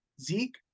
zeke